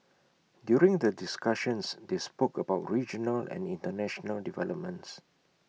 during the discussions they spoke about regional and International developments